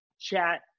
chat